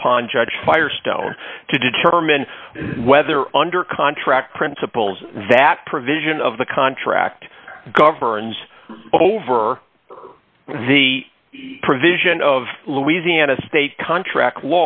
upon judge firestone to determine whether under contract principles that provision of the contract governs over the provision of louisiana state contract